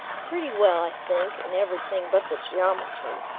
pretty well, i think, in everything but the geometry.